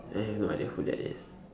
I have no idea who that is